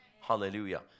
hallelujah